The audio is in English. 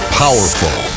powerful